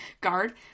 Guard